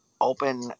open